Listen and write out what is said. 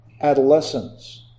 adolescence